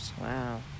Wow